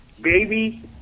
baby